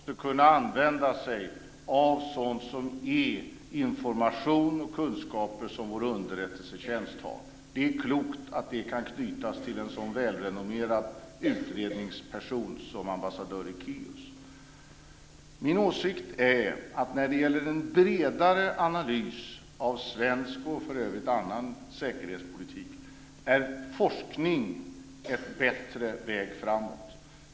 Herr talman! Det är klokt att nu göra en genomgång, som med nödvändighet måste kunna använda den information och de kunskaper som vår underrättelsetjänst har. Det är klokt att detta kan knytas till en så välrenommerad utredningsperson som ambassadör Min åsikt är att när det gäller en bredare analys av svensk och för övrigt också annan säkerhetspolitik är forskning en bättre väg framåt.